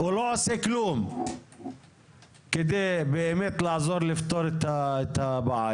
הוא לא עושה כלום על מנת באמת לעזור לפתור את הבעיה.